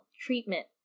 treatment